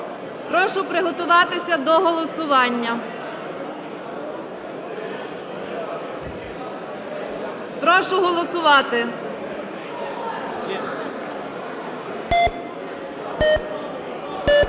Прошу приготуватися до голосування. Прошу голосувати.